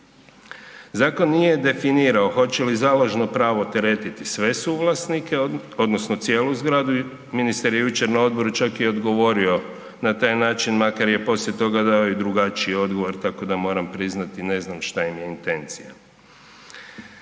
Zakon nije definirao hoće li založno pravo teretiti sve suvlasnike odnosno cijelu zgradu, ministar je jučer na odboru čak i odgovorio na taj način, makar je poslije toga dao i drugačiji odgovor tako da moram priznati ne znam šta im je intencija.